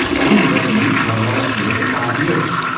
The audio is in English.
a woman doesn't need to have another smear for five years.